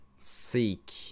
Seek